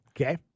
Okay